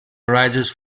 arises